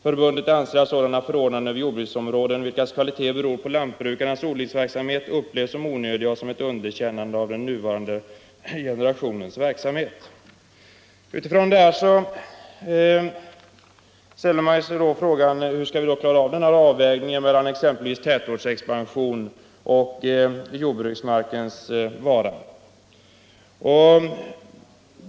Förbundet anser att sådana förordnanden över jordbruksområden, vilkas kvaliteter beror på lantbrukarnas odlingsverksamhet, upplevs som onödiga och som ett underkännande av den nuvarande generationens verksamhet. Mot denna bakgrund ställer man sig frågan: Hur skall vi då klara av avvägningen mellan exempelvis tätortsexpansion och jordbruksmarkens vara?